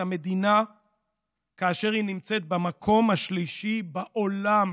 המדינה כאשר היא נמצאת במקום השלישי בעולם